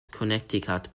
connecticut